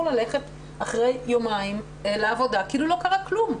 ללכת אחרי יומיים לעבודה כאילו לא קרה כלום,